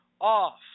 off